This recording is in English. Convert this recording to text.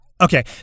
okay